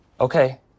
Okay